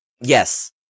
Yes